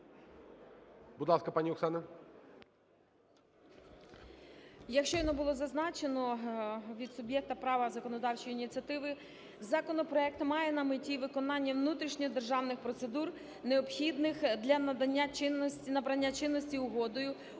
Як щойно було зазначено від суб'єкта права законодавчої ініціативи, законопроект має на меті виконання внутрішньодержавних процедур, необхідних для надання чинності… набрання